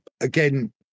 Again